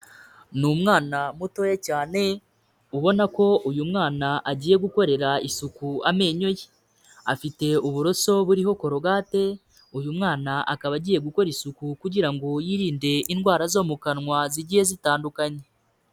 Ni umwana mutoya cyane ubona ko uyu mwana agiye gukorera isuku amenyo ye, afite uburoso buriho korogate, uyu mwana akaba agiye gukora isuku kugira ngo yirinde indwara zo mu kanwa zigiye zitandukanye.